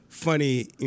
Funny